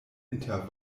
inter